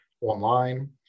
online